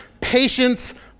patience